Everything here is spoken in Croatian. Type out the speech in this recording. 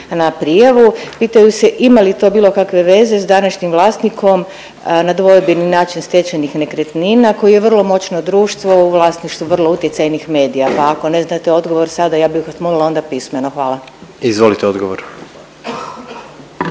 na prijavu? Pitaju se ima li to bilo kakve veze s današnjim vlasnikom na dvojben način stečenih nekretnina koji je vrlo moćan u društvu a u vlasništvu vrlo utjecajnih medija? Pa ako ne znate odgovor sada ja bih vas onda molila pismeno. Hvala. **Jandroković,